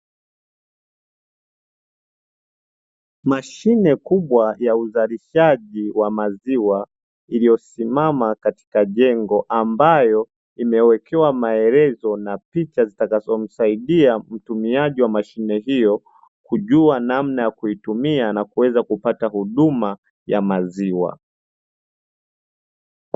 Mashine kubwa ya uzalishaji wa maziwa iliyosimama katika jengo, ambayo imewekewa maelezo na picha zitakazomsaidia mtumiaji wa mashine hiyo, kujua namna ya kutumia na kuweza kupata huduma ya maziwa.